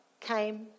came